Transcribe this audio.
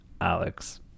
alex